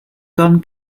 gone